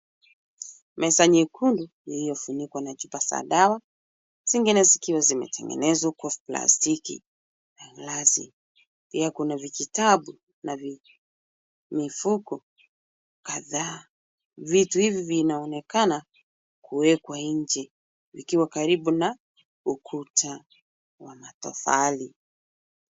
Meza nyekundu iliyofunikwa na chupa za dawa. zingine zikiwa zimetengenezwa kwa plastiki na glasi. Pia kuna vitabu na mifuko kadhaa vinaonekana kuwepo nje vikiwa karibu na ukuta wa matofali.